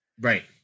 right